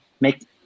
make